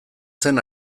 zen